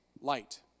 light